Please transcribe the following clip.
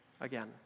again